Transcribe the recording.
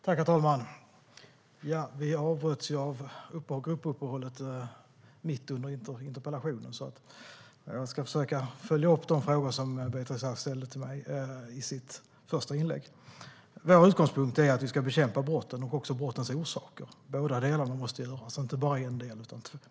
Herr talman! Vi avbröts mitt under interpellationen av ajourneringen för gruppmötena. Jag ska försöka följa upp de frågor Beatrice Ask ställde till mig i sitt första inlägg. Regeringens utgångspunkt är att vi ska bekämpa brotten och brottens orsaker. Båda delarna måste göras, inte bara en del.